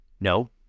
No